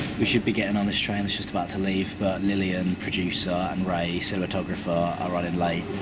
we should be getting on this train it's just about to leave, but lillian, producer, and ray, cinematographer, are running late.